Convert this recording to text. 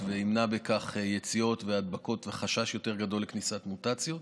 וימנע בכך יציאות והדבקות וחשש יותר גדול לכניסת מוטציות,